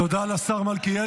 תודה לשר מלכיאלי.